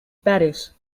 paris